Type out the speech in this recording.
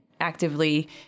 actively